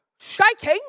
shaking